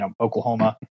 Oklahoma